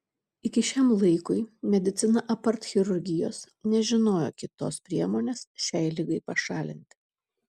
iki šiam laikui medicina apart chirurgijos nežinojo kitos priemonės šiai ligai pašalinti